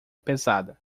pesada